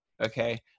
Okay